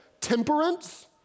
temperance